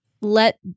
let